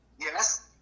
Yes